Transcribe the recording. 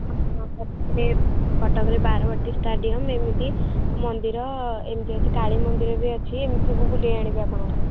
କଟକରେ କଟକରେ ବାରବାଟୀ ଷ୍ଟାଡ଼ିୟମ୍ ଏମିତି ମନ୍ଦିର ଏମିତି ଅଛି କାଳୀ ମନ୍ଦିର ବି ଅଛି ଏମିତି ସବୁ ବୁଲେଇ ଆଣିବି ଆପଣଙ୍କୁ